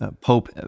Pope